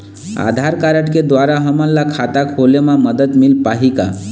आधार card के द्वारा हमन ला खाता खोले म मदद मिल पाही का?